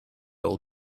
will